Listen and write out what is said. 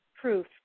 proof